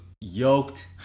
yoked